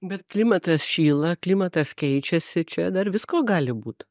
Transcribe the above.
bet klimatas šyla klimatas keičiasi čia dar visko gali būt